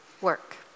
work